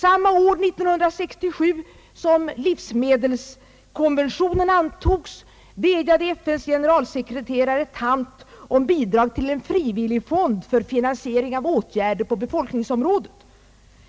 Samma år — 1967 — som livsmedelskonventionen «antogs, vädjade FN:s generalsekreterare U Thant om bidrag till en frivilligfond för finansiering av åtgärder på befolkningsområdet,